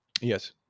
yes